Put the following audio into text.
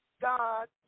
God